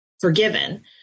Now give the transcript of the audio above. forgiven